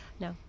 No